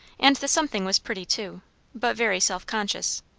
and the something was pretty, too but very self-conscious.